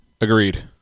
Agreed